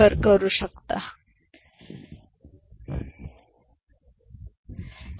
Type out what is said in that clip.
ते ठीक आहे काय